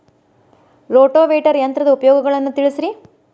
rotavator ಯಂತ್ರದ ಉಪಯೋಗಗಳನ್ನ ತಿಳಿಸಿರಿ